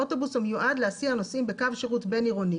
אוטובוס המיועד להסיע נוסעים בקו שירות בין עירוני